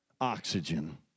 oxygen